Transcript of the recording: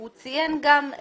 הוא גם ציין את